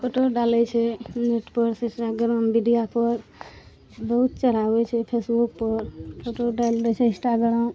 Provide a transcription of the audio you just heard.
photo डालै छै net पर सोशल मीडिआ पर बहुत चढ़ाबै छै फेसबुक पर फोटो डालि दै छै इंस्टाग्राम